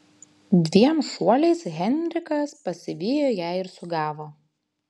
dviem šuoliais henrikas pasivijo ją ir sugavo